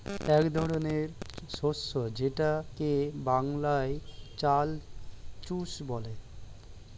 এক ধরনের শস্য যেটাকে বাংলায় চাল চুষ বলে